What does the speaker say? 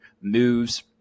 moves